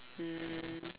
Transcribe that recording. mm